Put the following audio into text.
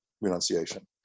renunciation